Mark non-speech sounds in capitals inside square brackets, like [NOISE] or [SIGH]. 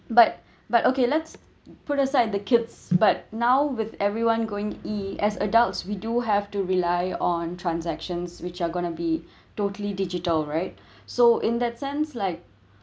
but [BREATH] but okay let's put aside the kids but now with everyone going E_ as adults we do have to rely on transactions which are gonna be [BREATH] totally digital right [BREATH] so in that sense like [BREATH]